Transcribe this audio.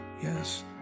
yes